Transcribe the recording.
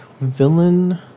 villain